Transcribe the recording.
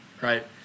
Right